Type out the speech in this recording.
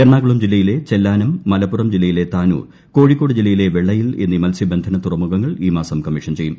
എറണാകുളം ജില്ലയിലെ ചെല്ലാനം മലപ്പുറം ജില്ലയിലെ താനൂർ കോഴിക്കോട് ജില്ലയിലെ വെള്ളയിൽ ് എന്നീ മത്സ്യബന്ധന തുറമുഖങ്ങൾ ഈ മാസം കമ്മീഷൻ ചെയ്യും